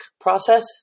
process